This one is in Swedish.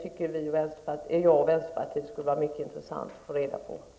Jag och vänsterpartiet tycker att det skulle vara mycket intressant att få reda på det.